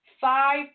five